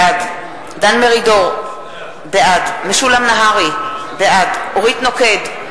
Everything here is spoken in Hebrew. בעד דן מרידור, בעד משולם נהרי, בעד אורית נוקד,